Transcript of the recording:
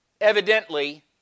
Evidently